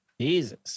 Jesus